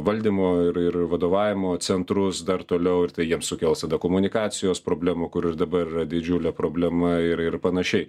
valdymo ir ir vadovavimo centrus dar toliau ir tai jiems sukels tada komunikacijos problemų kur ir dabar yra didžiulė problema ir ir panašiai